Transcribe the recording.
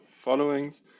followings